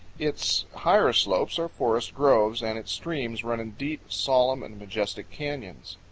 its higher slopes are forest groves, and its streams run in deep, solemn, and majestic canyons.